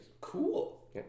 Cool